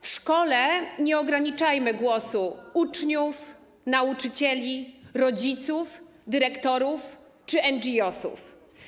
W szkole nie ograniczajmy głosu uczniów, nauczycieli, rodziców, dyrektorów czy NGO-sów.